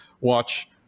watch